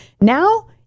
Now